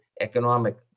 economic